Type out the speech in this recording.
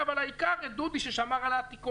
אבל העיקר את דודי, ששמר על העתיקות,